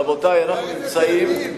רבותי, אנחנו נמצאים,